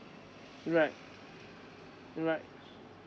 right alright